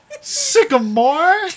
Sycamore